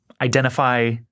identify